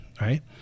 right